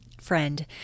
friend